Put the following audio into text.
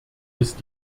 ist